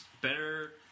better